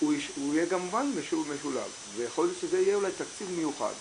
הוא יהיה כמובן משולב ויכול להיות שזה יהיה תקציב מיוחד